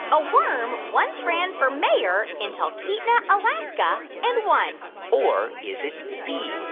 a worm once ran for mayor in talkeetna, alaska, and won? or is it b,